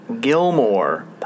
Gilmore